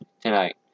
tonight